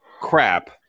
crap